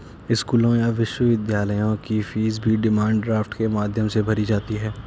स्कूलों या विश्वविद्यालयों की फीस भी डिमांड ड्राफ्ट के माध्यम से भरी जाती है